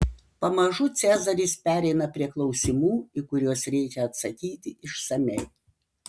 pamažu cezaris pereina prie klausimų į kuriuos reikia atsakyti išsamiai